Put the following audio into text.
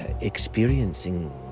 experiencing